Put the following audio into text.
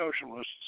socialists